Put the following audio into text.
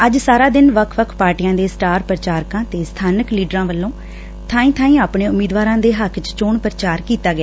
ਅੱਜ ਸਾਰਾ ਦਿਨ ਵੱਖ ਵੱਖ ਪਾਰਟੀਆਂ ਦੇ ਸਟਾਰ ਪ੍ਰਚਾਰਕਾਂ ਤੇ ਸਬਾਨਕ ਲੀਡਰਾਂ ਵੱਲੋਂ ਬਾਈਂ ਬਾਈਂ ਆਪਣੇ ਉਮੀਦਵਾਰਾਂ ਦੇ ਹੱਕ ਚ ਚੋਣ ਪ੍ਰਚਾਰ ਕੀਤਾ ਗਿਆ